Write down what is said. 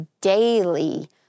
daily